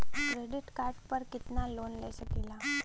Credit card पर कितनालोन ले सकीला?